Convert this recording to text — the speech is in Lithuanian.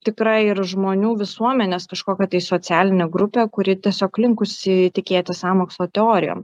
tikra ir žmonių visuomenės kažkokia tai socialinė grupė kuri tiesiog linkusi tikėti sąmokslo teorijom